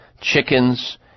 chickens